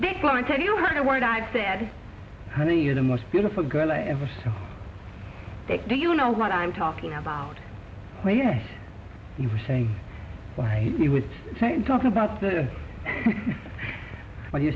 decline tell you what the word i've said honey you're the most beautiful girl i ever saw do you know what i'm talking about well yes you were saying he was talking about the well you